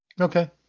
Okay